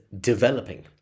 developing